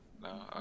no